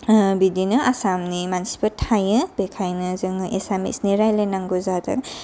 बिदिनो आसामनि मानसिफोर थायो बेखायनो जोङो एसामिसनि रायलायनांगौ जादों